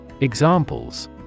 Examples